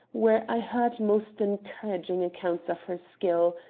where i heard most encouraging accounts of her skill.